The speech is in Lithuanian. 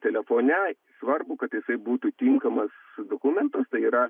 telefone svarbu kad jisai būtų tinkamas dokumentas tai yra